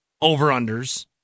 over-unders